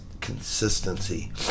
consistency